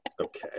okay